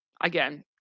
Again